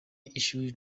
ishuri